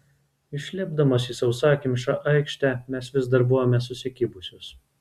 išlipdamos į sausakimšą aikštę mes vis dar buvome susikibusios